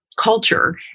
culture